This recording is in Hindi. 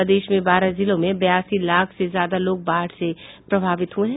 प्रदेश में बारह जिलों में बयासी लाख से ज्यादा लोग बाढ़ से प्रभावित हुए है